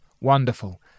Wonderful